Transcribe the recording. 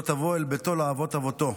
לא תבֹא אל ביתו לעבֹט עבֹטו.